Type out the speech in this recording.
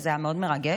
וזה היה מאוד מרגש.